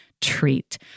treat